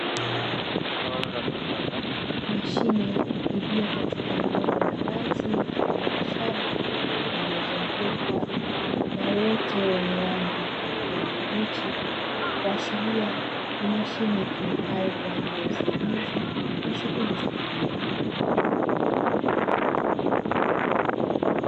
Mashine iliyo katika eneo la wazi mfano wa shamba lililozungukwa na uoto wenye rangi ya kijani kibichi kuashiria ni mashine itumikayo kwa ajili ya usaidizi wa shughuli za kilimo.